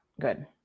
good